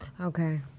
Okay